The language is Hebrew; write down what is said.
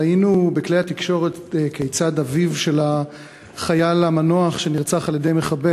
ראינו בכלי התקשורת כיצד אביו של החייל המנוח שנרצח על-ידי מחבל,